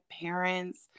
parents